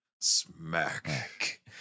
Smack